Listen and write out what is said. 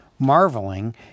Marveling